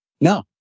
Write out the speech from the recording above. No